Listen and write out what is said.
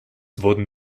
wurden